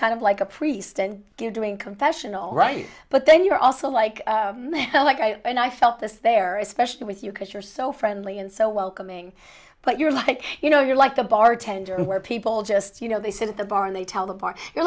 kind of like a priest and good doing confessional right but then you're also like well like i and i felt this there especially with you because you're so friendly and so welcoming but you're like you know you're like a bartender and where people just you know they sit at the bar and they tell the part you're